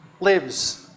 lives